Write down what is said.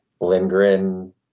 Lindgren